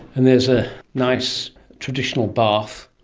and there's a nice traditional bath.